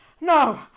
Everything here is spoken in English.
No